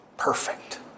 perfect